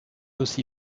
aussi